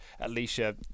Alicia